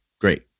great